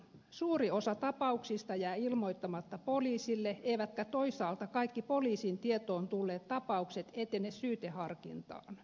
suuri osa tapauksista jää ilmoittamatta poliisille eivätkä toisaalta kaikki poliisin tietoon tulleet tapaukset etene syyteharkintaan